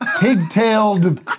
Pigtailed